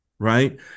right